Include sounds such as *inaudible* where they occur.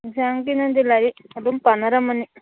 *unintelligible* ꯅꯪꯗꯤ ꯂꯥꯏꯔꯤꯛ ꯑꯗꯨꯝ ꯄꯥꯅꯔꯝꯃꯅꯤ